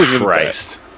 Christ